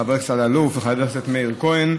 חבר הכנסת אלאלוף וחבר הכנסת מאיר כהן,